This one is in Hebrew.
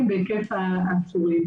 בהיקף העצורים.